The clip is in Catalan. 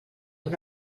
una